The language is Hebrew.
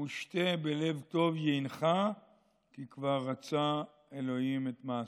"ושתה בלב טוב יינך כי כבר רצה האלֹהים את מעשיך".